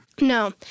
No